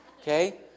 okay